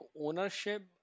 ownership